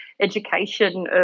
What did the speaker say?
education